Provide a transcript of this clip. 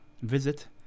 visit